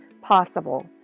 possible